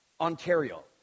Ontario